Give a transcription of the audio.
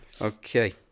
okay